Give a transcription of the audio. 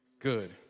good